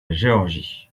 géorgie